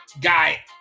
guy